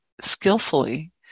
skillfully